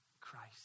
Christ